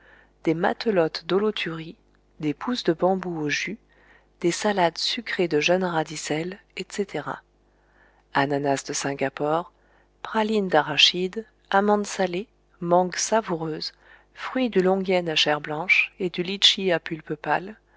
des matelotes d'holothuries des pousses de bambou au jus des salades sucrées de jeunes radicelles etc ananas de singapore pralines d'arachides amandes salées mangues savoureuses fruits du longyen à chair blanche et du lit chi à pulpe pâle